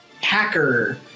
hacker